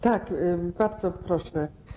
Tak, bardzo proszę.